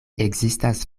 ekzistas